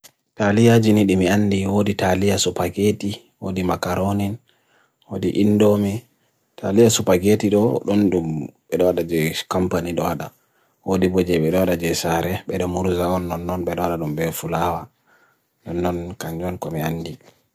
Talia jinidimi andi wo di Talia Supaketi, wo di Makaronin, wo di Indomi. Talia Supaketi do, doon doon bedoda je Kampani doada. Wo di Boje bedoda je Sare, bedo Muruzawon non non bedoda doon beo Fulawa. Non non kanjon komi andi.